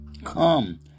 Come